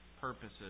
purposes